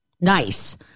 Nice